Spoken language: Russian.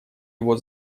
его